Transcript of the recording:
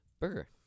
Burger